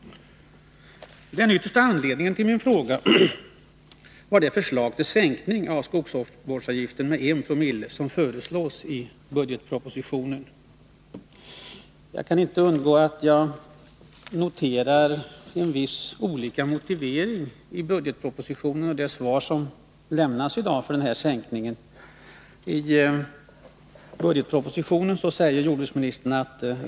Den yttersta anledningen till min fråga var den sänkning av skogsvårdsavgiften med 1 Zo som föreslås i budgetpropsitionen. Jag kan inte undgå att notera att motiveringarna till sänkningen är olika i budgetpropositionen och i det svar som lämnas i dag.